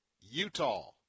Utah